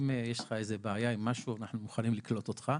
אם יש לך איזו בעיה עם משהו אנחנו מוכנים לקלוט אותך.